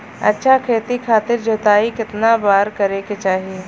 अच्छा खेती खातिर जोताई कितना बार करे के चाही?